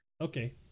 Okay